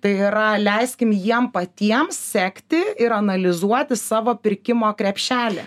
tai yra leiskim jiem patiem sekti ir analizuoti savo pirkimo krepšelį